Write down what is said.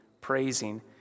praising